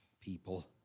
people